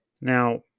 Now